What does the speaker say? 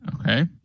Okay